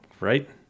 right